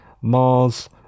Mars